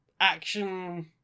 action